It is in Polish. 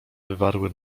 wywarły